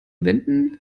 wenden